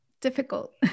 difficult